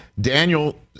Daniel